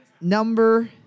number